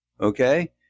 Okay